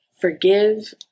forgive